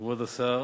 כבוד השר,